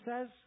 says